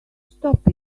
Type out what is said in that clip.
stop